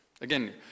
again